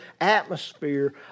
atmosphere